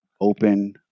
open